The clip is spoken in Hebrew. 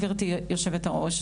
גברתי היושבת-ראש.